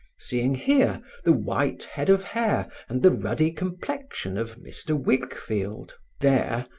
seeing here, the white head of hair and the ruddy complexion of mr. wickfield there,